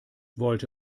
wollte